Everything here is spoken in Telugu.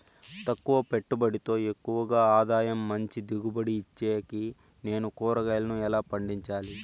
తక్కువ పెట్టుబడితో ఎక్కువగా ఆదాయం మంచి దిగుబడి ఇచ్చేకి నేను కూరగాయలను ఎలా పండించాలి?